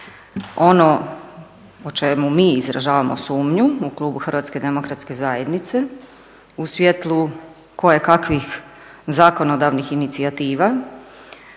Ono o čemu mi izražavamo sumnju u klubu HDZ-a u svjetlu kojekakvih zakonodavnih inicijativa